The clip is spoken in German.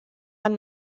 man